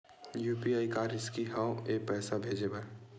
UPI का रिसकी हंव ए पईसा भेजे बर?